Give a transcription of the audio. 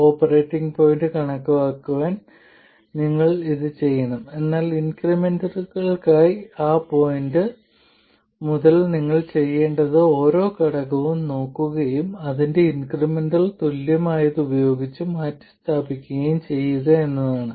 operating point കണക്കാക്കാൻ നിങ്ങൾ ഇത് ചെയ്യണം എന്നാൽ ഇൻക്രിമെന്റുകൾക്കായി ആ പോയിന്റ് മുതൽ നിങ്ങൾ ചെയ്യേണ്ടത് ഓരോ ഘടകവും നോക്കുകയും അതിന്റെ ഇൻക്രിമെന്റൽ തുല്യമായത് ഉപയോഗിച്ച് മാറ്റിസ്ഥാപിക്കുകയും ചെയ്യുക എന്നതാണ്